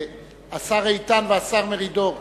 השר איתן והשר מרידור,